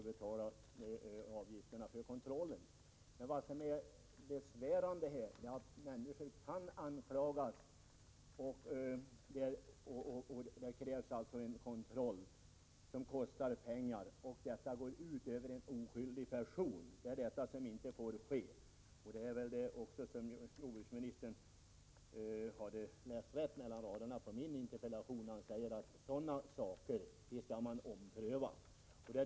Men vad jag har velat peka på med min fråga och vad som är besvärande är att oskydiga människor kan anklagas. Den kontroll som krävs kostar pengar, men det får inte ske så att det drabbar en oskyldig person. Jordbruksministern har väl läst rätt mellan raderna i min fråga när han säger att sådana saker skall omprövas.